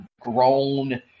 grown